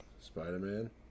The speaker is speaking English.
Spider-Man